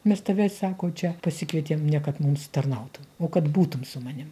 mes tave sako čia pasikvietėm ne kad mums tarnautų o kad būtum su manim